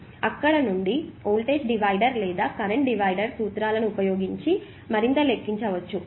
మరియు అక్కడ నుండి వోల్టేజ్ డివైడర్ లేదా కరెంట్ డివైడర్ సూత్రాలను ఉపయోగించి మరింత లెక్కించవచ్చు